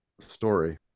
story